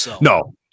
No